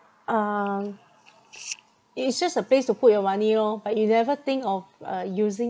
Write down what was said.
uh it is just a place to put your money lor but you never think of uh using